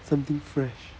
something fresh